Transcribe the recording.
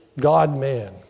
God-man